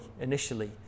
initially